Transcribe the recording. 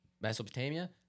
Mesopotamia